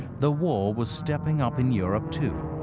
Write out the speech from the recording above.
the war was stepping up in europe too,